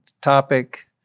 topic